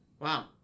Wow